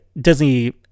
Disney